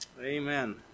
Amen